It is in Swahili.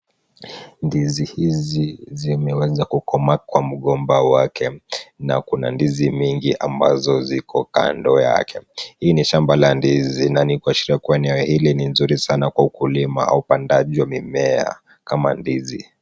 Ndizi hizi zimeweza kukomaa Kwa mgomba wake, na kuna ndizi mingi ambazo ziko kando yake. Hii ni shamba la ndizi na ni kuashiria kwamba eneo hili ni nzuri sana kwa ukulima na upandaji wa mimea kama ndizi.